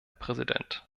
präsident